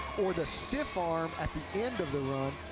or the stiff arm at the end of the